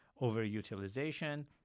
overutilization